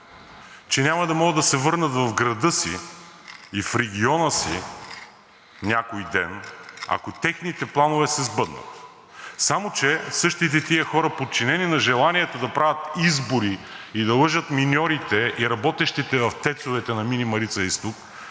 че няма да могат да се върнат в града си и в региона си някой ден, ако техните планове се сбъднат. Само че същите тези, подчинени на желанията да правят избори и да лъжат миньорите и работещите в ТЕЦ-овете на Мини „Марица изток“,